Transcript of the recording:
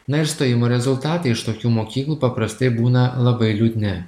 na ir stojimo rezultatai iš tokių mokyklų paprastai būna labai liūdni